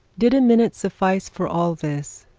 did a minute suffice for all this?